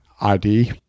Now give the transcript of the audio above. ID